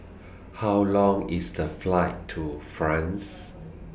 How Long IS The Flight to France